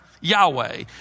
Yahweh